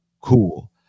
Cool